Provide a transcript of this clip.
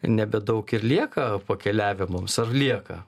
nebedaug ir lieka pakeliavimams ar lieka